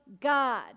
God